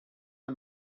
are